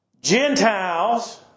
Gentiles